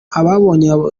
ababonye